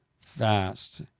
fast